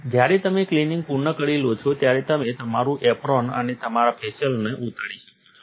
જ્યારે તમે ક્લિનિંગ પૂર્ણ કરી લો છો ત્યારે તમે તમારું એપ્રોન અને તમારા ફેસિયલને ઉતારી શકો છો